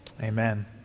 Amen